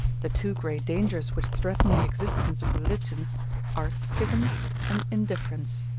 the two great dangers which threaten the existence of religions are schism and indifference.